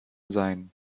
sein